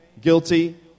guilty